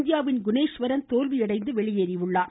இந்தியாவின் குணேஸ்வரன் தோல்வியடைந்து வெளியேறினார்